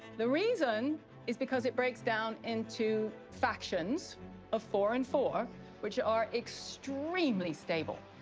the reason is because it breaks down into factions of four and four which are extremely stable.